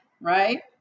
right